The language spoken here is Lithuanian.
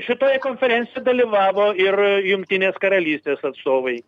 šitoj konferencijoj dalyvavo ir jungtinės karalystės atstovai